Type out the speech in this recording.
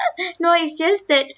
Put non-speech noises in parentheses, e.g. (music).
(laughs) no it's just that